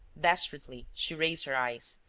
desperately, she raised her eyes,